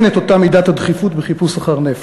אין אותה מידת הדחיפות בחיפוש אחר נפט.